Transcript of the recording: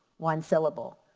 one syllable.